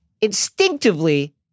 instinctively